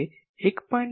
તેથી તે 1